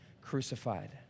crucified